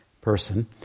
person